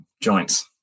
joints